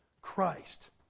Christ